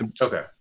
Okay